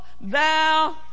thou